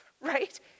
Right